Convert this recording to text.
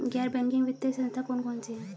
गैर बैंकिंग वित्तीय संस्था कौन कौन सी हैं?